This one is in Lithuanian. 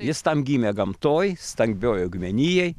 jis tam gimė gamtoj stambioj augmenijai